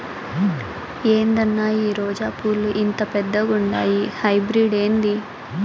ఏందన్నా ఈ రోజా పూలు ఇంత పెద్దగుండాయి హైబ్రిడ్ ఏంది